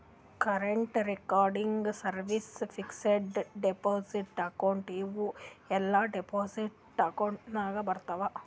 current, recurring, savings, fixed deposit account ಇವೂ ಎಲ್ಲಾ deposit account ನಾಗ್ ಬರ್ತಾವ್